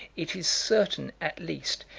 it is certain, at least,